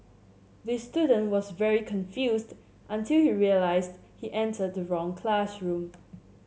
the student was very confused until he realised he entered the wrong classroom